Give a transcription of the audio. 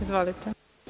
Izvolite.